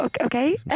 Okay